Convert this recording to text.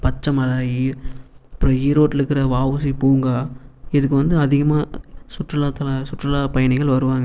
பச்சை மலை அப்புறோம் ஈரோட்டில் இருக்கிற வஉசி பூங்கா இதுக்கு வந்து அதிகமாக சுற்றுலா தள சுற்றுலா பயணிகள் வருவாங்கள்